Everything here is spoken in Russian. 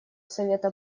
совета